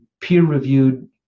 peer-reviewed